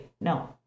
No